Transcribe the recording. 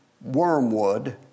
wormwood